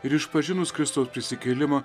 ir išpažinus kristaus prisikėlimą